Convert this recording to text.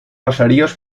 caseríos